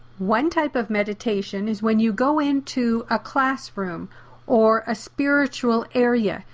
one type of meditation is when you go into a classroom or a spiritual area,